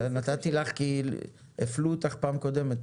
נתתי לך כי הפלו אותך בפעם הקודמת.